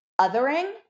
othering